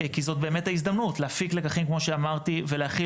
כי זאת באמת ההזדמנות להפיק לקחים כמו שאמרתי ולהחיל